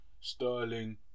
Sterling